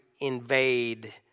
invade